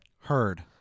Heard